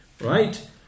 Right